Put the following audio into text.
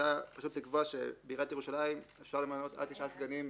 לקבוע שבעיריית ירושלים אפשר למנות עד 9 סגנים בשכר.